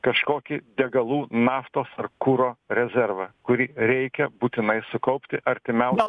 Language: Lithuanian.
kažkokį degalų naftos ar kuro rezervą kurį reikia būtinai sukaupti artimiausią